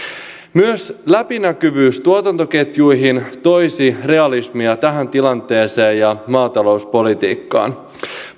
myös läpinäkyvyys tuotantoketjuihin toisi realismia tähän tilanteeseen ja maatalouspolitiikkaan